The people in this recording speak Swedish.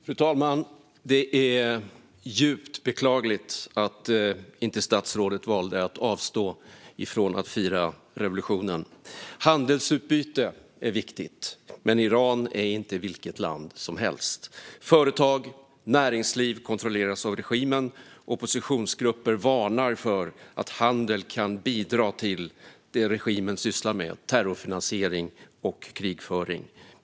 Fru talman! Det är djupt beklagligt att statsrådet inte valde att avstå från att fira revolutionen. Handelsutbyte är viktigt, men Iran är inte vilket land som helst. Företag och näringsliv kontrolleras av regimen. Oppositionsgrupper varnar för att handel kan bidra till det regimen sysslar med: terrorfinansiering och krigföring.